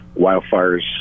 wildfires